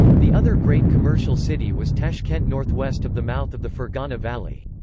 the other great commercial city was tashkent northwest of the mouth of the ferghana valley.